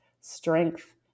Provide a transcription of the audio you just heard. strength